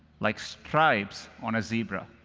like stripes on a zebra.